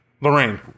Lorraine